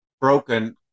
broken